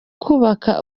kubaka